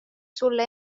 sulle